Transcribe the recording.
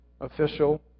official